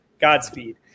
Godspeed